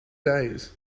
days